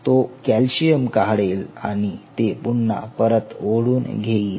तो कॅल्शियम काढेल आणि ते पुन्हा परत ओढून घेईल